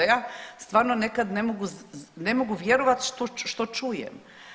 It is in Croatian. Ja stvarno nekad ne mogu vjerovat što čujem.